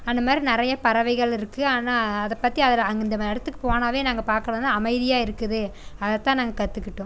அந்த மாதிரி நிறைய பறவைகள் இருக்கு ஆனால் அதை பற்றி அதில் அந்த இடத்துக்கு போனாலே நாங்கள் பார்க்க அமைதியாக இருக்குது அதை தான் நாங்கள் கற்றுக்கிட்டோம்